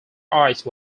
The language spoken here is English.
ice